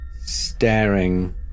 staring